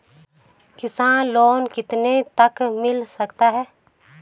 किसान लोंन कितने तक मिल सकता है?